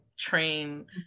train